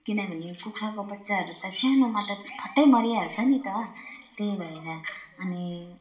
किनभने कुखुराको बच्चाहरू त सानोमा त फट्टै मरिहाल्छ नि त त्यही भएर अनि